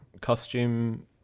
costume